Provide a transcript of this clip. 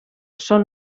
són